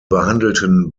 behandelten